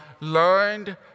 learned